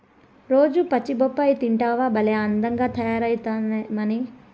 రోజూ పచ్చి బొప్పాయి తింటివా భలే అందంగా తయారైతమ్మన్నీ